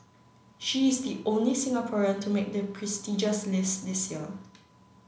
she is the only Singaporean to make the prestigious list this year